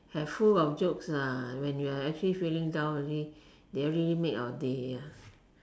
have full of jokes ah when you're actually feeling down only they already make your day ya